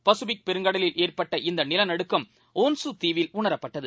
Pacific பெருங்கடலில் ஏற்பட்ட இந்தநிலநடுக்கம் ஹேஹன்ஷு தீவில் உணரப்பட்டது